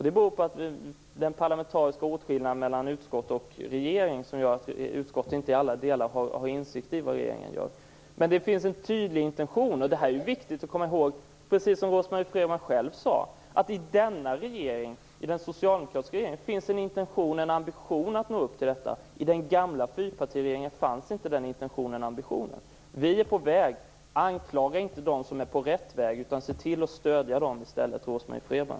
Det beror på den parlamentariska åtskillnaden mellan utskott och regering, vilket gör att utskott inte i alla delar har insikt i vad regeringen gör. Men hos regeringen finns en tydlig intention, och det är viktigt att komma ihåg. Precis som Rose-Marie Frebran sade har denna regering en intention och en ambition att nå upp till sitt löfte. I den gamla fyrpartiregeringen fanns inte den ambitionen och intentionen. Vi är på väg. Anklaga inte dem som är på rätt väg utan se till att stödja dem i stället, Rose-Marie Frebran!